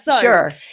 Sure